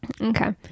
Okay